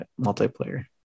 multiplayer